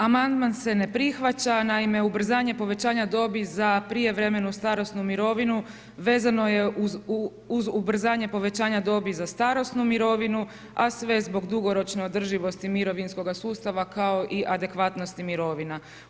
Amandman se ne prihvaća, naime ubrzanje povećanja dobi za prijevremenu starosnu mirovinu vezano je uz ubrzanje povećanja dobi za starosnu mirovinu, a sve zbog dugoročne održivosti mirovinskoga sustava kao i adekvatnosti mirovina.